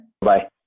Bye